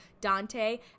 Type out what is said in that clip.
Dante